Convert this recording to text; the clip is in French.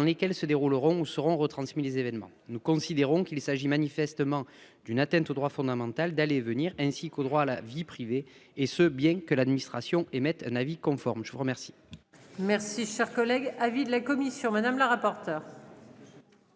lesquels se dérouleront où seront retransmis les événements nous considérons qu'il s'agit manifestement d'une atteinte au droit fondamental d'aller et venir, ainsi qu'au droit à la vie privée et ce bien que l'administration émettent un avis conforme. Je vous remercie. Merci cher collègue. Avis de la commission, madame la rapporteure.